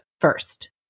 first